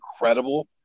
incredible